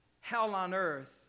hell-on-earth